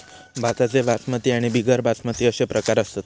भाताचे बासमती आणि बिगर बासमती अशे प्रकार असत